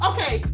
Okay